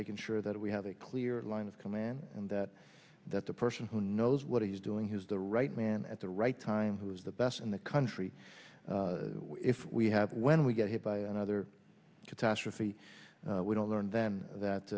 making sure that we have a clear line of command and that that the person who knows what he's doing has the right man at the right time who is the best in the country if we have when we get hit by another catastrophe we don't learn then